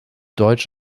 deutsch